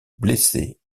blessés